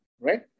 right